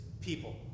people